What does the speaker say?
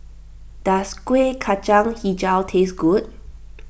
does Kuih Kacang HiJau taste good